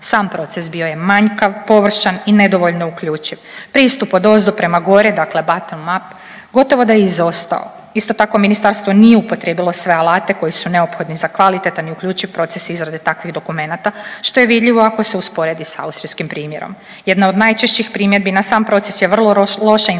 sam proces bio je manjkav, površan i nedovoljno uključiv, pristup odozdo prema gore dakle bottom-up gotovo da je izostao. Isto tako ministarstvo nije upotrijebilo sve alate koji su neophodni za kvalitetan i uključiv proces izrade takvih dokumenata što je vidljivo ako se usporedi sa austrijskim primjerom. Jedna od najčešćih primjedbi na sam proces je vrlo loša informiranost